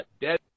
dead